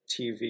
TV